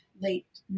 late